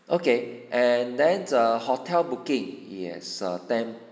okay and then err hotel booking yes err ten